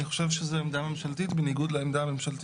אני חושב שזו עמדה ממשלתית בניגוד לעמדה הממשלתית.